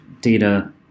data